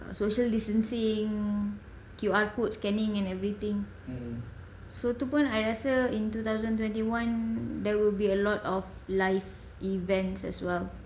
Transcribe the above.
social distancing Q_R code scanning and everything so itu pun I rasa in two thousand twenty one there will be a lot of live events as well